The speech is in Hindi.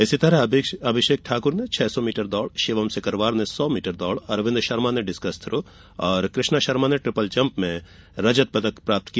इसी तरह अभिषेक ठाक्र ने छह सौ मीटर दौड़ शिवम सिकरवार ने सौ मीटर दौड़ अरविंद शर्मा ने डिस्कस थ्रो और कृष्णा शर्मा ने ट्रिपलजम्प में एक एक रजत पदक प्राप्त किया